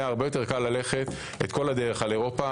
הרבה יותר קל ללכת את כל הדרך על אירופה,